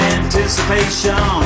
anticipation